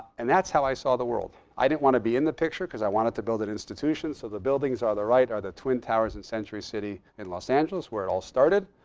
and that's how i saw the world. i didn't want to be in the picture, because i wanted to build an institution. so the buildings on the right are the twin towers in century city in los angeles where it all started.